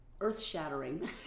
earth-shattering